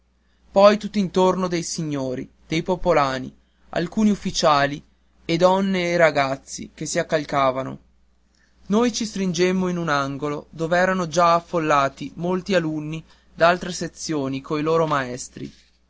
artiglieri poi tutt'intorno dei signori dei popolani alcuni ufficiali e donne e ragazzi che si accalcavano noi ci stringemmo in un angolo dov'erano già affollati molti alunni d'altre sezioni coi loro maestri